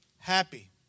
Happy